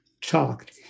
talked